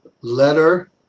letter